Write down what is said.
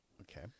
Okay